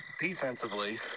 defensively